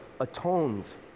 atones